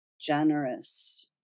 generous